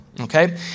okay